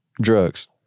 drugs